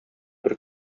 бер